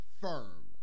firm